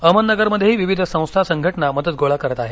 अहमदनगरमध्येही विविध संस्था संघटना मदत गोळा करत आहेत